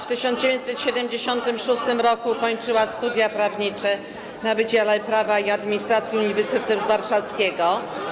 W 1976 r. ukończyła studia prawnicze na Wydziale Prawa i Administracji Uniwersytetu Warszawskiego.